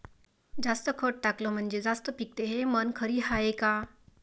जास्त खत टाकलं म्हनजे जास्त पिकते हे म्हन खरी हाये का?